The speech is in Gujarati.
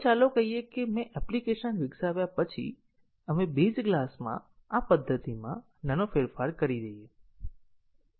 હવે ચાલો કહીએ કે મેં એપ્લિકેશન વિકસાવ્યા પછી આપણે બેઝ ક્લાસમાં આ પદ્ધતિમાં નાનો ફેરફાર કરીએ છીએ